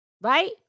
right